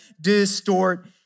distort